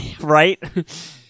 right